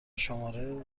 شماره